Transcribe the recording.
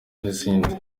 n’izindi